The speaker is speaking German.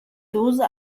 dose